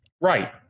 Right